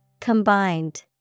Combined